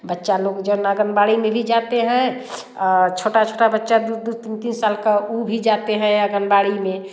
बच्चा लोग जोन आगनवाड़ी में भी जाते हैं छोटा छोटा बच्चा दो दो तीन तीन साल का वह भी जाते हैं अगनवाड़ी में